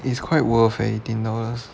is quite worth eh eighteen dollars